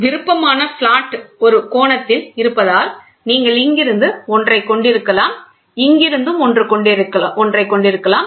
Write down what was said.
விருப்பமான பிளாட் ஒரு கோணத்தில் இருப்பதால் நீங்கள் இங்கிருந்து ஒன்றைக் கொண்டிருக்கலாம் இங்கிருந்து ஒன்றும் இருக்கலாம்